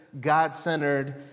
God-centered